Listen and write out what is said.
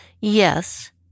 yes